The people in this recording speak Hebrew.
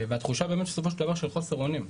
והתחושה באמת בסופו של דבר היא של חוסר אונים.